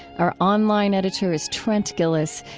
our online editor is trent gilliss.